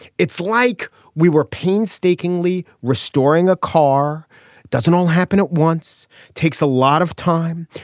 it's like we were painstakingly restoring a car doesn't all happen at once takes a lot of time.